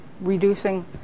reducing